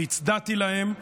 והצדעתי להם.